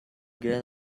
get